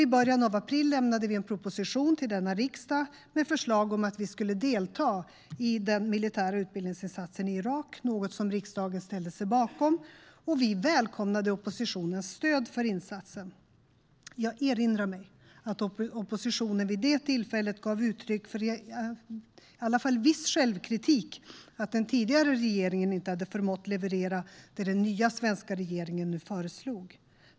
I början av april lämnade vi en proposition till denna riksdag med förslag om att vi skulle delta i den militära utbildningsinsatsen i Irak, något som riksdagen ställde sig bakom. Och vi välkomnade oppositionens stöd för insatsen. Jag erinrar mig att oppositionen vid det tillfället gav uttryck för i alla fall viss självkritik för att den tidigare regeringen inte hade förmått leverera det som den nya svenska regeringen nu föreslog.